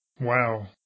Wow